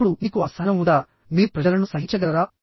ఇప్పుడు మీకు ఆ సహనం ఉందా మీరు ప్రజలను సహించగలరా